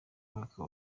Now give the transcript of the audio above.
mwaka